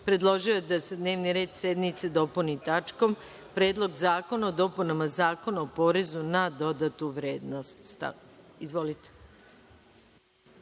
predložio je da se dnevni red sednice dopuni tačkom Predlog zakona o dopunama Zakona o porezu na dodatnu vrednost. Izvolite.